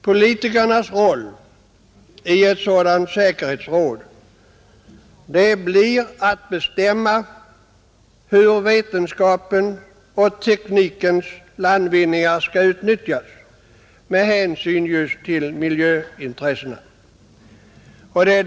Politikernas roll i ett sådant säkerhetsråd blir att bestämma hur vetenskapens och teknikens landvinningar skall utnyttjas med hänsyn just till miljöintressena.